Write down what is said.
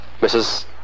Mrs